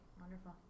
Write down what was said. wonderful